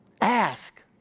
Ask